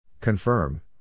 Confirm